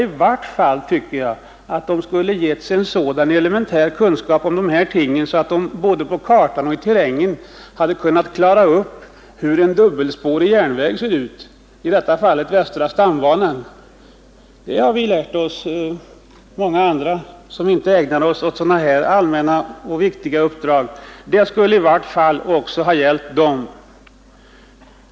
I varje fall tycker jag att de skulle ha fått en så Nr 48 pass god kunskap om dessa ting, att de både på kartan och i terrängen Torsdagen den hade kunnat känna igen en dubbelspårig järnväg — i detta fall västra 23 mars 1972 stambanan. Många andra av oss som inte ägnar oss åt viktiga allmänna uppdrag som dessa har lärt oss det. Det borde dessa värderingsmän också — Utvidgningen ha gjort.